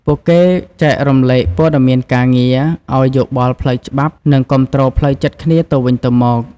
ពួកគេចែករំលែកព័ត៌មានការងារ ឲ្យយោបល់ផ្លូវច្បាប់ និងគាំទ្រផ្លូវចិត្តគ្នាទៅវិញទៅមក។